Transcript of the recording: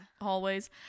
hallways